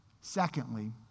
Secondly